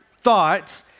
thoughts